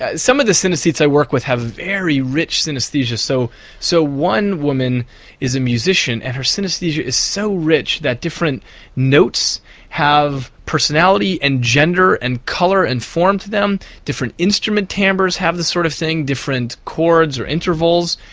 ah some of the synesthetes i work with have a very rich synesthesia. so so one woman is a musician and her synesthesia is so rich that different notes have personality, and gender, and colour and form to them. different instrument timbres have this sort of thing, different chords or intervals.